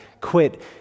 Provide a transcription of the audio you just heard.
quit